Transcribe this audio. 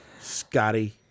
Scotty